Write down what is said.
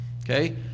Okay